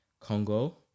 Congo